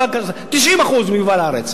90% מיובא לארץ.